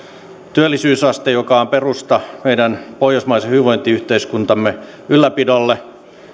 työllisyysaste joka on perusta meidän pohjoismaisen hyvinvointiyhteiskuntamme ylläpidolle